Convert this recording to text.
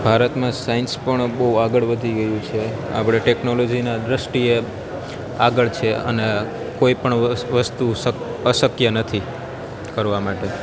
ભારતમાં સાઈન્સ પણ બહુ આગળ વધી ગયું છે આપણે ટેકનોલોજીના દ્રષ્ટિએ આગળ છે અને કોઈપણ વસ્તુ અશક્ય નથી કરવા માટે